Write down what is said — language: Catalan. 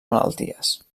malalties